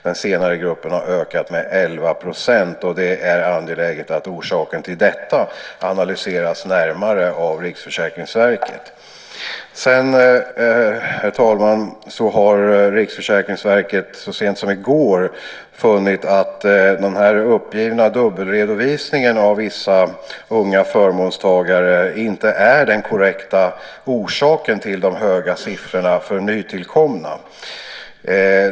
Den senare gruppen har ökat med 11 %, och det är angeläget att orsaken till detta analyseras närmare av RFV. Sedan har RFV så sent som i går funnit att den här uppgivna dubbelredovisningen av vissa unga förmånstagare inte är den korrekta orsaken till de höga siffrorna för nytillkomna.